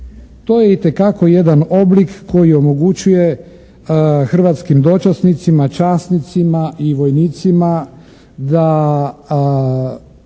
To je itekako jedan oblik koji omoguće hrvatskom dočasnicima, časnicima i vojnicima da